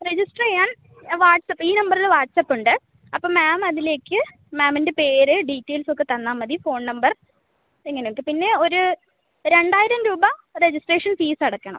register ചെയ്യാൻ WhatsApp ഈ നമ്പറിൽ വാട്ട്സ്ആപ്പ് ഉണ്ട് അപ്പോൾ മാം അതിലേക്ക് മാമിൻ്റെ പേര് ഡീറ്റെയിൽസ് ഒക്കെ തന്നാൽമതി ഫോൺ നമ്പർ ഇങ്ങനെ ഒക്കെ പിന്നെ ഒരു രണ്ടായിരം രൂപ രജിസ്ട്രേഷൻ ഫീസ് അടക്കണം